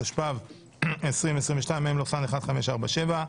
התשפ"ב-2022 (מ/1547).